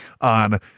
on